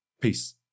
Peace